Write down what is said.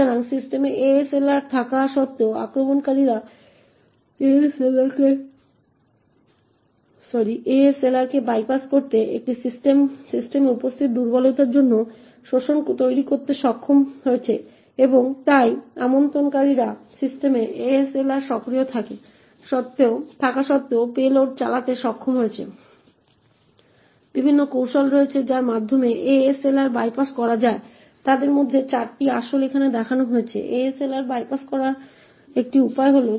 সুতরাং যখন printf কার্যকরী সম্পন্ন করে তখন আমাদের কাছে s থাকে যার মান রয়েছে 60 এর মধ্যে এবং তাই যখন আমরা এই নির্দিষ্ট এক্সিকিউশনটি চালিয়ে যাই তখন আমরা দেখতে পাই যে s এর মান 60 হবে